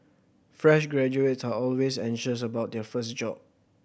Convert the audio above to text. fresh graduates are always anxious about their first job